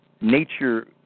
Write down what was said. nature